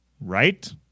Right